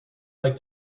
like